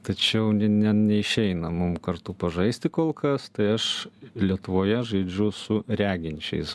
tačiau ne neišeina mum kartu pažaisti kol kas tai aš lietuvoje žaidžiu su reginčiais